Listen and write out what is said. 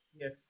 Yes